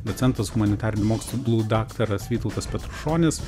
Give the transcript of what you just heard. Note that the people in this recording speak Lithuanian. docentas humanitarinių mokslų daktaras vytautas petrušonis